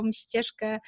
ścieżkę